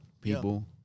people